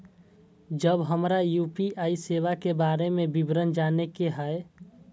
जब हमरा यू.पी.आई सेवा के बारे में विवरण जाने के हाय?